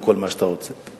וכל מה שאתה רוצה,